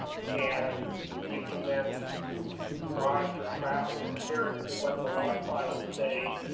and you can then monitor traffic, compare it to what the log files say